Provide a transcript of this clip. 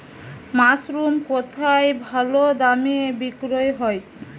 Mushroom কেথায় ভালোদামে বিক্রয় হয়?